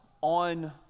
on